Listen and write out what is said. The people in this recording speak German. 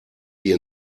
dir